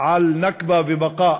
על נכבה ובקאא,